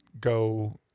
go